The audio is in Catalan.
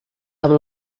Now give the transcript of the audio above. amb